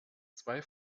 zwei